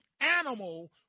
animal